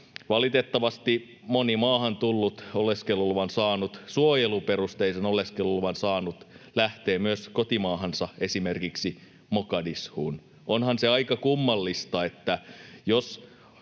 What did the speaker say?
Valitettavasti moni maahan tullut, suojeluperusteisen oleskeluluvan saanut lähtee myös kotimaahansa, esimerkiksi Mogadishuun. Onhan se aika kummallista, että jos